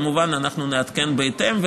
כמובן, אנחנו נעדכן בהתאם.